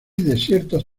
desiertos